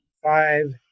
Five